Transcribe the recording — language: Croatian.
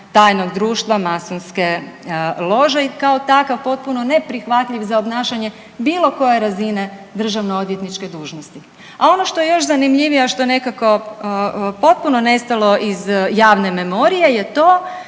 tajnog društva masonske lože i kao takav potpuno neprihvatljiv za obnašanje bilo koje razine državno odvjetničke dužnosti. A ono što je još zanimljivije, a što je nekako potpuno nestalo iz javne memorije je to